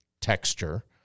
texture